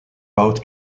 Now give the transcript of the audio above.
both